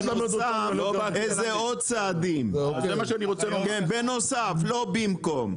בנוסף איזה עוד צעדים, בנוסף לא במקום.